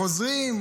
חוזרים,